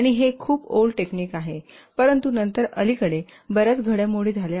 आणि हे खूप ओल्ड टेक्निक आहे परंतु नंतर अलीकडे बर्याच घडामोडी झाल्या आहेत